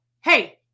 Hey